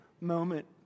moment